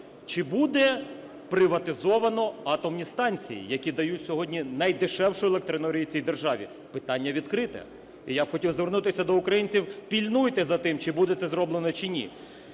чи буде приватизовано атомні станції, які дають сьогодні найдешевшу електроенергію в цій державі? Питання відкрите. І я б хотів звернутися до українців: пильнуйте за тим, чи буде це зроблено чи ні.